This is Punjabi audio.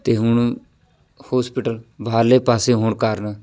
ਅਤੇ ਹੁਣ ਹੋਸਪਿਟਲ ਬਾਹਰਲੇ ਪਾਸੇ ਹੋਣ ਕਾਰਨ